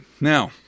Now